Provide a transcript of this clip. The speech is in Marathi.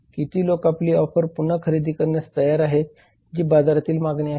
किती लोक आपली ऑफर पुन्हा खरेदी करण्यास तयार आहेत जी बाजारातील मागणी आहे